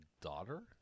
daughter